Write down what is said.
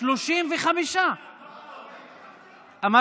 זה 35. איך 45?